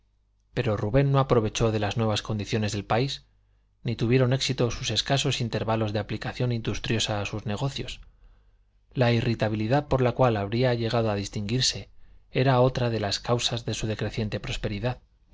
pero rubén no aprovechó de las nuevas condiciones del país ni tuvieron éxito sus escasos intervalos de aplicación industriosa a sus negocios la irritabilidad por la cual había llegado a distinguirse era otra de las causas de su decreciente prosperidad